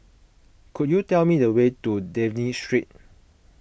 could you tell me the way to Dafne Street